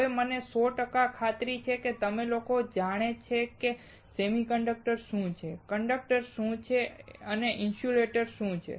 હવે મને સો ટકા ખાતરી છે કે તમે લોકો જાણે છે કે સેમિકન્ડક્ટર શું છે કંડક્ટર શું છે અને ઇન્સ્યુલેટર શું છે